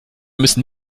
müssen